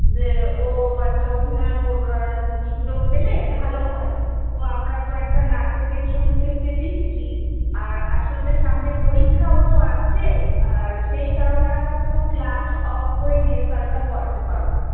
যে ও একটা অভিনয় সুযোগ পেলে ভালো হয় তো আমরা তো একটা নাটকের চরিত্রে ওকে দিচ্ছি আর আসলে সামনে পরীক্ষাও তো আসছে আর সেই কারণে আমরা কোন ক্লাস অফ করে রিহার্সালটা করাতে পারবো না